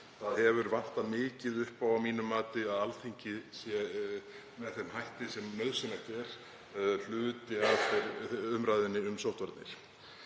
Það hefur vantað mikið upp á, að mínu mati, að Alþingi sé, með þeim hætti sem er nauðsynlegt, hluti af umræðunni um sóttvarnir.